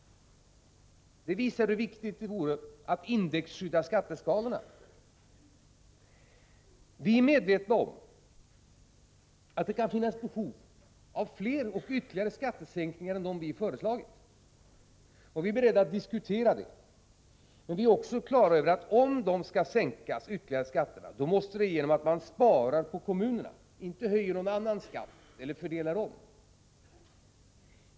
Det visar hur viktigt det är att indexskydda skatteskalorna. Vi är medvetna om att det kan finnas behov av fler och ytterligare skattesänkningar än dem som vi har föreslagit. Vi är beredda att diskutera detta. Men vi är också på det klara med att om skatterna skall sänkas ytterligare måste man spara i fråga om kommunerna och inte höja någon annan skatt eller fördela om.